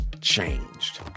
changed